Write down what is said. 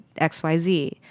XYZ